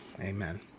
amen